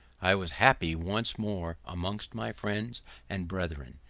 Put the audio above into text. i was happy once more amongst my friends and brethren,